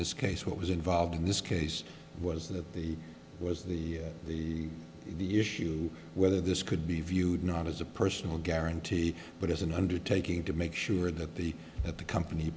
this case what was involved in this case was that the was the the the issue whether this could be viewed not as a personal guarantee but as an undertaking to make sure that the that the company